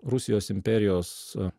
rusijos imperijos